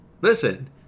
listen